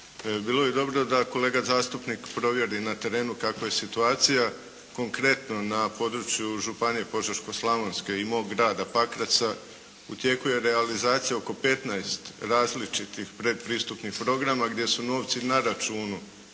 Bilo bi dobro da kolega zastupnik provjeri na terenu kakva je situacija konkretno na području Županije požeško-slavonske i mog grada Pakraca, u tijeku je realizacija oko 15 različitih pretpristupnih programa gdje su novci na računu